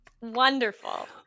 wonderful